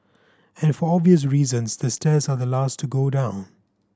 and for obvious reasons the stairs are the last to go down